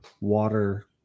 water